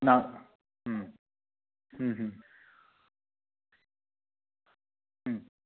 ನಾ ಹ್ಞೂ ಹ್ಞೂ ಹ್ಞೂ ಹ್ಞೂ